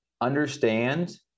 understand